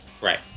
right